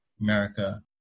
America